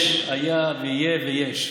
יש, היה ויהיה ויש.